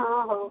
ହଁ ହଉ